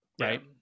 Right